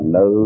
no